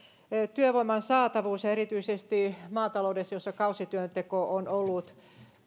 työvoiman saatavuus erityisesti maataloudessa jossa kausityönteko on ollut